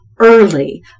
early